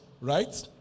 Right